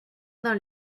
dans